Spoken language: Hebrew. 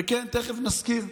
וכן, תכף נזכיר,